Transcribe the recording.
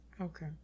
Okay